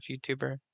YouTuber